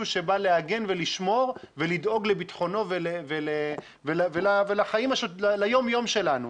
שבא להגן ולשמור ולדאוג לביטחונו וליום יום שלנו.